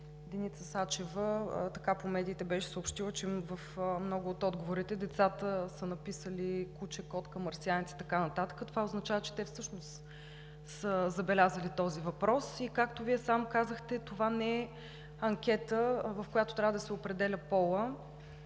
Деница Сачева по медиите беше съобщила, че в много от отговорите децата са написали – куче, котка, марсианец и така нататък. Това означава, че те всъщност са забелязали този въпрос. Както Вие сам казахте, това не е анкета, в която трябва да се определя полът,